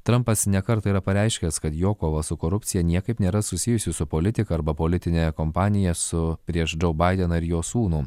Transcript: trumpas ne kartą yra pareiškęs kad jo kova su korupcija niekaip nėra susijusių su politika arba politine kompanija su prieš džou baideną ir jo sūnų